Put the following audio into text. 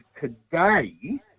today